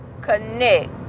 connect